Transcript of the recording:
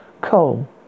coal